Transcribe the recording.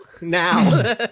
now